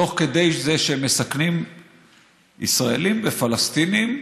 תוך כדי שהם מסכנים ישראלים ופלסטינים,